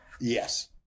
Yes